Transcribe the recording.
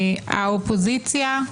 האופוזיציה,